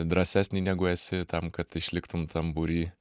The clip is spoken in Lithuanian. drąsesnį negu esi tam kad išliktum tam būry